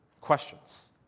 questions